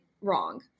wrong